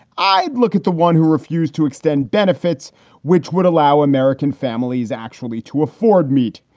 i'd look at the one who refused to extend benefits which would allow american families actually to afford meat.